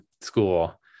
school